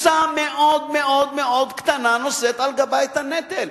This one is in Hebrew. וקבוצה מאוד מאוד מאוד קטנה נושאת על גבה את הנטל.